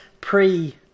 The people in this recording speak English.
pre